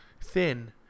thin